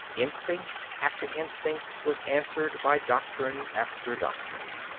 instinct after instinct was answered by doctrine after doctrine.